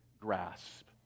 grasp